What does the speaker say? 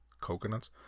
coconuts